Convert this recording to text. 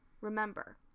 Remember